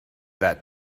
that